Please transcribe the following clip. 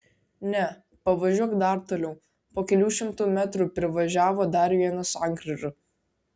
ne pavažiuok dar toliau po kelių šimtų metrų privažiavo dar vieną sankryžą